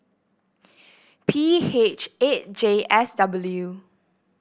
P H eight J S W